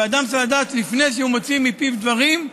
ואדם צריך לדעת, לפני שהוא מוציא מפיו דברים,